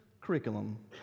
curriculum